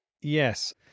Yes